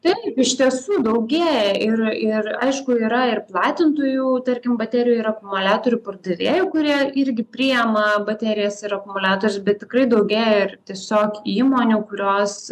taip iš tiesų daugėja ir ir aišku yra ir platintojų tarkim baterijų ir akumuliatorių pardavėjų kurie irgi priima baterijas ir akumuliatorius bet tikrai daugėja ir tiesiog įmonių kurios